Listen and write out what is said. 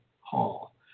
hall